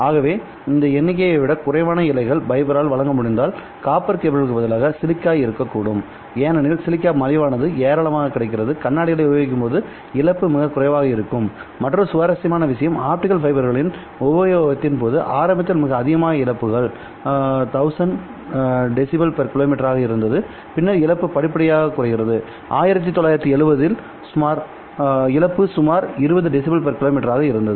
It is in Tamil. ஆகவே இந்த எண்ணிக்கையை விட குறைவான இழைகளை ஃபைபர் வழங்க முடிந்தால் காப்பர் கேபிள்களுக்கு பதிலாக சிலிக்கா இருக்கக்கூடும்ஏனெனில் சிலிக்கா மலிவானது ஏராளமாகக் கிடைக்கிறது கண்ணாடிகளை உபயோகிக்கும்போது இழப்பு மிகக் குறைவாகவே இருக்கும் மற்றொரு சுவாரஸ்யமான விஷயம் ஆப்டிகல் ஃபைபர்களின் உபயோகத்தின் போது ஆரம்பத்தில் மிக அதிகமாக இழப்புகள் 1000 dB km ஆக இருந்தன பின்னர் இழப்பு படிப்படியாகக் குறைகிறது1970 இல் இழப்பு சுமார் 20 dB km ஆக இருந்தது